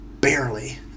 barely